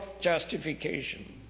justification